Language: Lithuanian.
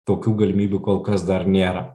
tokių galimybių kol kas dar nėra